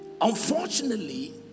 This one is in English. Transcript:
unfortunately